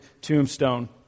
tombstone